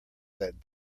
that